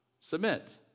Submit